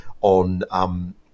on